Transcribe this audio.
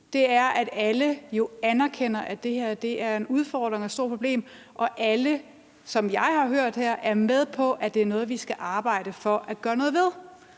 i virkeligheden anerkender, at det her er en udfordring og et stort problem, og alle, som jeg har hørt tale her, er med på, at det er noget, vi skal arbejde for at gøre noget ved.